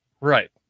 Right